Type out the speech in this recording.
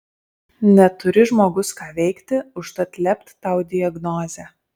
neturi žmogus ką veikti užtat lept tau diagnozę